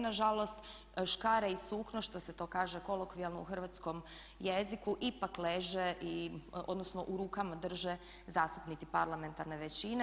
Nažalost škare i sukno što se to kaže kolokvijalno u hrvatskom jeziku ipak leže, odnosno u rukama drže zastupnici parlamentarne većine.